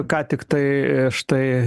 ką tiktai štai